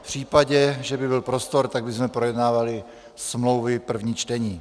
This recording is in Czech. V případě, že by byl prostor, tak bychom projednávali smlouvy první čtení.